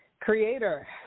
Creator